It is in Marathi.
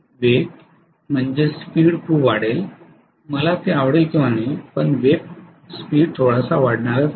वेग खूप वाढेल मला ते आवडेल किंवा नाही वेग थोडासा वाढणारच आहे